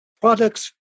products